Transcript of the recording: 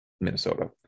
Minnesota